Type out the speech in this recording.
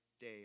day